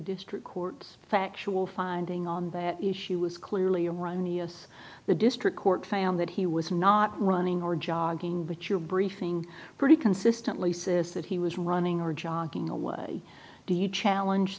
district court factual finding on that issue was clearly erroneous the district court found that he was not running or jogging but you're briefing pretty consistently says that he was running or jogging away do you challenge